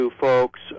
folks